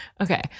Okay